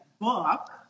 book